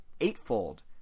eightfold